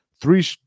Three